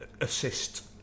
Assist